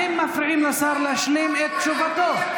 אתם מפריעים לשר להשלים את תשובתו.